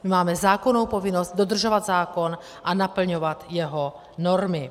Máme zákonnou povinnost dodržovat zákon a naplňovat jeho normy.